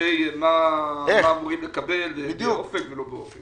לגבי מה אמורים לקבל באופק ולא באופק.